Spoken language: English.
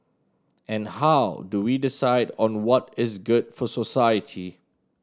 and how do we decide on what is good for society